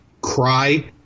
cry